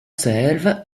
selve